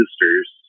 sister's